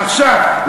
עכשיו,